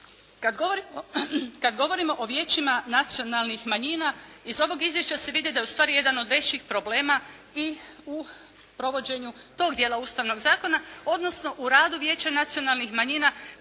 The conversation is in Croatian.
Kad govorimo o Vijećima nacionalnih manjina iz ovog izvješća se vidi da je u stvari jedan od većih problema i u provođenju tog dijela Ustavnog zakona, odnosno u radu Vijeća nacionalnih manjina